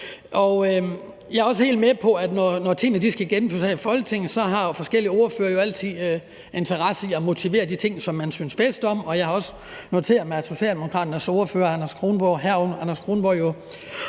Jeg er også helt med på, at når tingene skal gennemføres her i Folketinget, har forskellige ordførere jo altid interesse i at motivere de ting, som man synes bedst om, og jeg har også noteret mig, at Socialdemokraternes ordfører, hr. Anders Kronborg,